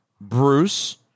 bruce